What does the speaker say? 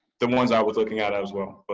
the ones i was looking at as well.